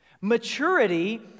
Maturity